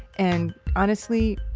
and honestly,